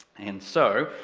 and so,